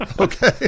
Okay